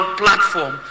platform